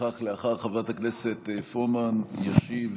ולפיכך לאחר חברת הכנסת פורמן ישיב